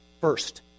First